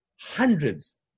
Hundreds